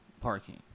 parking